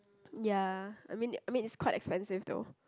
ya I mean I mean it's quite expensive though